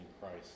Christ